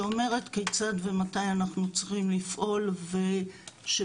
שאומרת כיצד ומתי אנחנו צריכים לפעול ושבעצם